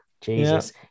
Jesus